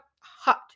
hot